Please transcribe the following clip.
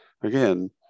again